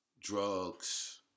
Drugs